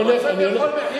לא, הוא רוצה בכל מחיר.